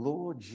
Lord